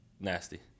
nasty